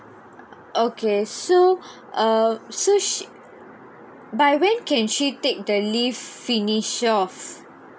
okay so err so she by when can she take the leave finish off